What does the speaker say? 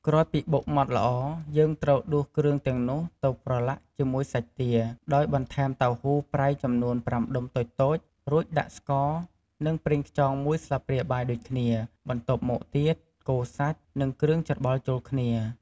ក្រោយពីបុកម៉ដ្ឋល្អ យើងត្រូវដួសគ្រឿងនោះទៅប្រឡាក់ជាមួយសាច់ទា ដោយបន្ថែមតៅហ៊ូប្រៃចំនួន ៥ដុំតូចៗ រួចដាក់ស្ករ និង ប្រេងខ្យង ១ស្លាបព្រាបាយដូចគ្នា បន្ទាប់មកទៀត កូរសាច់ និងគ្រឿងច្របល់ចូលគ្នា។